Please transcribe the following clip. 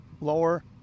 lower